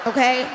Okay